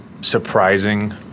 surprising